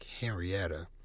henrietta